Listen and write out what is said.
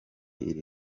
iri